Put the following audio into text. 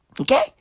Okay